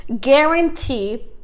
guarantee